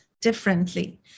differently